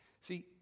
See